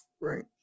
Right